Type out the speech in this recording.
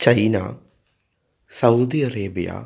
China Saudi Arabia